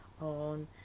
on